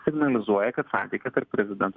signalizuoja kad santykiai tarp prezidento